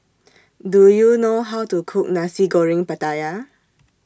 Do YOU know How to Cook Nasi Goreng Pattaya